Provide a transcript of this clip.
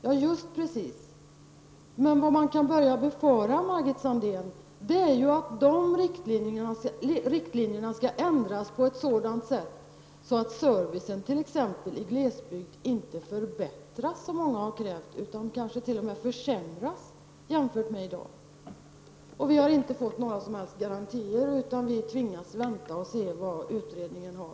Ja, det är riktigt, men vad man kan börja befara, Margit Sandéhn, är ju att de riktlinjerna kommer att ändras på ett sådant sätt att servicen i t.ex. glesbygd inte förbättras, som många har krävt, utan kanske t.o.m. försämras jämfört med i dag. Vi har inte fått några som helst garantier, utan vi tvingas vänta och se vilket budskap utredningen har.